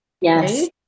Yes